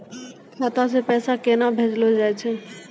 खाता से पैसा केना भेजलो जाय छै?